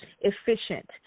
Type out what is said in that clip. efficient